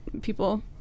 people